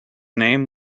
name